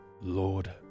Lord